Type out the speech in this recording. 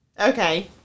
Okay